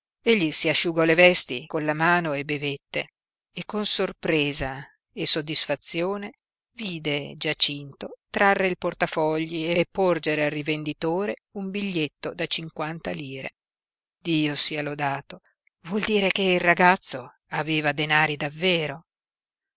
dio egli si asciugò le vesti con la mano e bevette e con sorpresa e soddisfazione vide giacinto trarre il portafogli e porgere al rivenditore un biglietto da cinquanta lire dio sia lodato vuol dire che il ragazzo aveva denari davvero